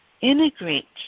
integrate